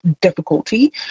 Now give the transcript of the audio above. difficulty